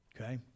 Okay